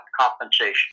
compensation